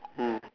mm